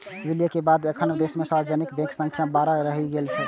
विलय के बाद एखन देश मे सार्वजनिक बैंकक संख्या बारह रहि गेल छै